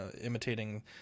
imitating